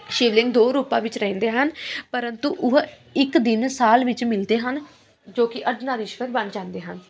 ਸ਼ਿਵਲਿੰਗ ਦੋ ਰੂਪਾਂ ਵਿੱਚ ਰਹਿੰਦੇ ਹਨ ਪਰੰਤੂ ਉਹ ਇੱਕ ਦਿਨ ਸਾਲ ਵਿੱਚ ਮਿਲਦੇ ਹਨ ਜੋ ਕਿ ਅਰਧਨਾਰੇਸ਼ਵਰ ਬਣ ਜਾਂਦੇ ਹਨ